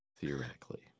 Theoretically